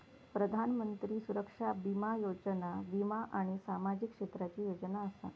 प्रधानमंत्री सुरक्षा बीमा योजना वीमा आणि सामाजिक क्षेत्राची योजना असा